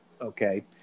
Okay